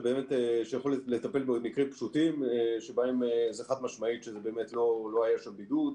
שבאמת יכול טפל במקרים פשוטים שבהם זה חד-משמעית שלא היה שם בידוד.